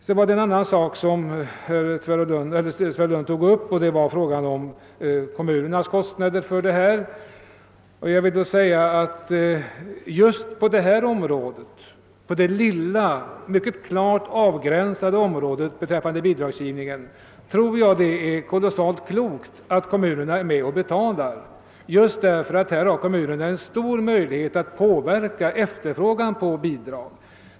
Herr Nilsson i Tvärålund tog också upp frågan om kommunernas kostnader i detta sammanhang. Just på detta lilla, klart avgränsade område beträffande bidragsgivningen tror jag att det är mycket klokt att kommunerna är med och bestämmer emedan de har stora möjligheter att påverka efterfrågan på bidrag.